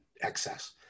excess